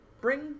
bring